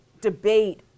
debate